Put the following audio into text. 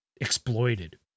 exploited